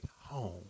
home